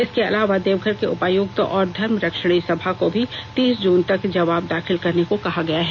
इसके अलावा देवघर के उपायुक्त और धर्मरक्षिणी सभा को भी तीस जून तक जवाब दाखिल करने को कहा गया है